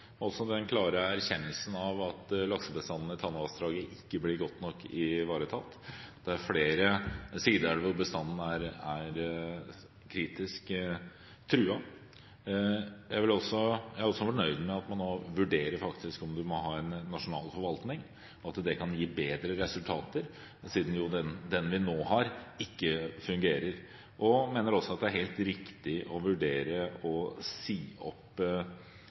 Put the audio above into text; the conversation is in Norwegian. den klare erkjennelsen av at laksebestanden i Tanavassdraget ikke blir godt nok ivaretatt. Det er flere sideelver hvor bestanden er kritisk truet. Jeg er også fornøyd med at man nå faktisk vurderer om man må ha en nasjonal forvaltning, og at det kan gi bedre resultater, siden den vi nå har, ikke fungerer. Jeg mener også at det er helt riktig å vurdere å si opp